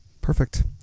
Perfect